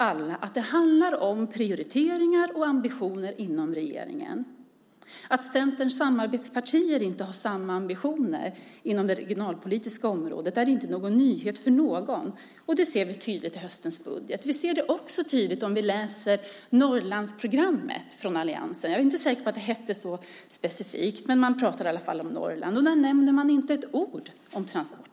Alla vet att det handlar om prioriteringar och ambitioner inom regeringen. Att Centerns samarbetspartier inte har samma ambitioner på det regionalpolitiska området är inte en nyhet för någon, och det ser vi tydligt i höstens budget. Vi ser det tydligt också när vi läser Norrlandsprogrammet från alliansen; jag är inte säker på att det heter exakt så, men det handlar i alla fall om Norrland. Där nämns transportbidraget inte med ett ord.